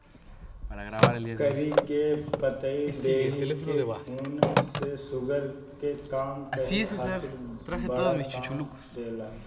करी के पतइ देहि के खून में शुगर के कम करे खातिर बड़ा काम देला